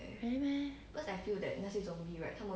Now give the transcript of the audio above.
don't have meh